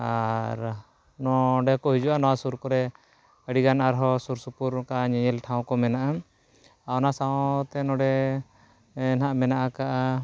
ᱟᱨ ᱱᱚᱸᱰᱮ ᱠᱚ ᱦᱤᱡᱩᱜᱼᱟ ᱱᱚᱣᱟ ᱥᱩᱨ ᱠᱚᱨᱮ ᱟᱹᱰᱤᱜᱟᱱ ᱟᱨᱦᱚᱸ ᱥᱩᱨ ᱥᱩᱯᱩᱨ ᱚᱱᱠᱟ ᱧᱮᱧᱮᱞ ᱴᱷᱟᱶ ᱠᱚ ᱢᱮᱱᱟᱜᱼᱟ ᱟᱨ ᱚᱱᱟ ᱥᱟᱶᱛᱮ ᱱᱚᱸᱰᱮ ᱱᱟᱦᱟᱜ ᱢᱮᱱᱟᱜ ᱟᱠᱟᱜᱼᱟ